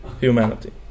humanity